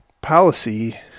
policy